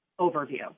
overview